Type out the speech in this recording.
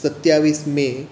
સત્યાવીસ મે